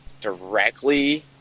directly